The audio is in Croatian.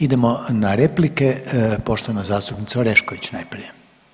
Idemo na replike, poštovana zastupnica Orešković najprije.